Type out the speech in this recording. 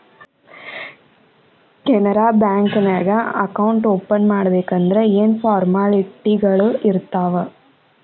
Canara bank ನ್ಯಾಗ account open ಮಾಡ್ಬೇಕಂದರ ಯೇನ್ ಫಾರ್ಮಾಲಿಟಿಗಳಿರ್ತಾವ?